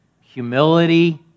humility